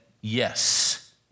yes